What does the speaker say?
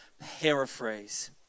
paraphrase